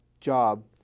job